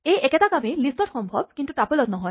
এই একেটা কামেই লিষ্টত সম্ভৱ কিন্তু টাপলত নহয়